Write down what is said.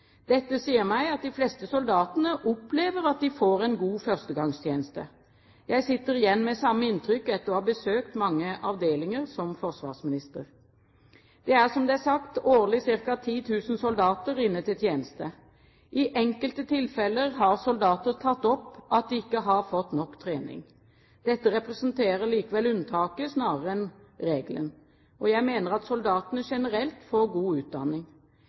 Dette sier meg at de fleste soldatene opplever at de får en god førstegangstjeneste. Jeg sitter igjen med samme inntrykk etter å ha besøkt mange avdelinger som forsvarsminister. Det er, som sagt, årlig ca. 10 000 soldater inne til tjeneste. I enkelte tilfeller har soldater tatt opp det at de ikke har fått nok trening. Dette representerer likevel unntaket snarere enn regelen. Jeg mener at soldatene generelt får god utdanning.